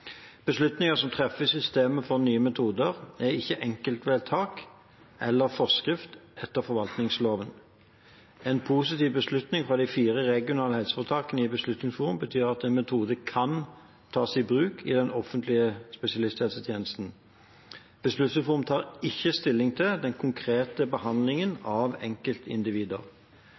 Beslutninger som treffes i systemet for nye metoder, er ikke enkeltvedtak eller forskrift etter forvaltningsloven. En positiv beslutning fra de fire regionale helseforetakene i Beslutningsforum betyr at en metode kan tas i bruk i den offentlige spesialisthelsetjenesten. Beslutningsforum tar ikke stilling til den konkrete behandlingen av